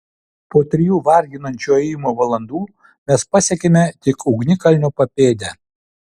po trijų varginančio ėjimo valandų mes pasiekėme tik ugnikalnio papėdę